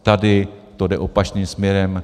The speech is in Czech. Tady to jde opačným směrem.